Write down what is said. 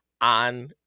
on